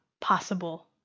possible